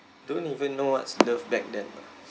don't even know what's love back then lah